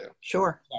Sure